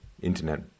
internet